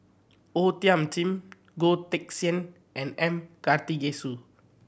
O Thiam Chin Goh Teck Sian and M Karthigesu